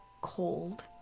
cold